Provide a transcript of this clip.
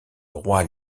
roi